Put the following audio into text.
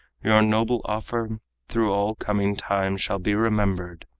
your noble offer through all coming time shall be remembered.